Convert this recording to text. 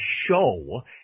show